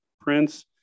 Prince